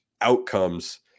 outcomes